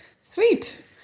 Sweet